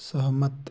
सहमत